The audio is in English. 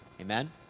Amen